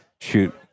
shoot